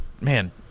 man